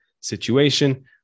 situation